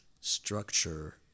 structure